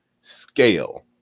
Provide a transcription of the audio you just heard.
scale